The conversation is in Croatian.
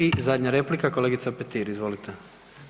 I zadnja replika, kolegica Petir, izvolite.